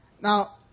Now